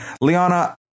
Liana